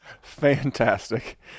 Fantastic